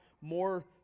more